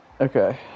Okay